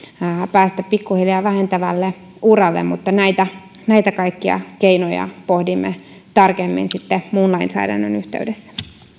päästä pikkuhiljaa vähentävälle uralle mutta näitä näitä kaikkia keinoja pohdimme tarkemmin sitten muun lainsäädännön yhteydessä